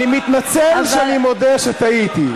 אני מתנצל, אני מודה שטעיתי.